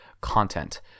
content